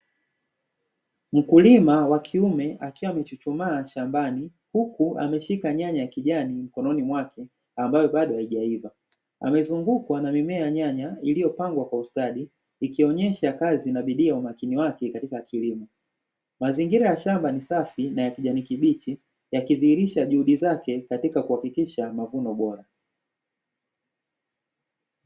Mkulima wa kiume akiwa amechuchumaa shambani, huku ameshika nyanya ya kijani mkononi mwake ambayo bado haijaiva amezungukwa na mimea ya nyanya iliyopandwa kwa ustadi, ikionyesha kazi na bidii ya umakini wake katika kilimo. Mazingira ya shamba ni safi na ya kijani kibichi, yakidhihirisha juhudi zake katika kuhakikisha mavuno bora.